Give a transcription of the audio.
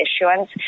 issuance